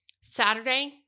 Saturday